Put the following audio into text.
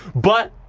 but,